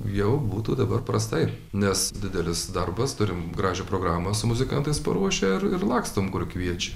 jau būtų dabar prastai nes didelis darbas turim gražią programą su muzikantais paruošę ir ir lakstom kur kviečia